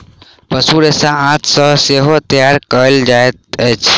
पशु रेशा आंत सॅ सेहो तैयार कयल जाइत अछि